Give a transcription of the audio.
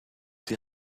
die